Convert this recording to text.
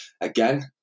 again